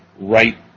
right